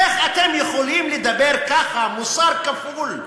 איך אתם יכולים לדבר ככה, במוסר כפול?